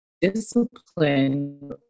discipline